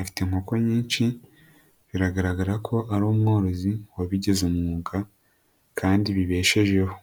afite inkoko nyinshi, biragaragara ko ari umworozi wabigize umwuga kandi bibeshejeho.